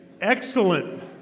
excellent